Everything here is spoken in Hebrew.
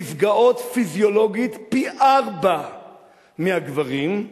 נפגעות פיזיולוגית פי-ארבעה מהגברים,